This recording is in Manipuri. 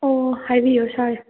ꯑꯣ ꯍꯥꯏꯕꯤꯎ ꯁꯥꯔ